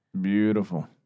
Beautiful